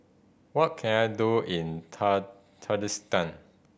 what can I do in Tajikistan